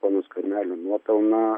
pono skvernelio nuopelną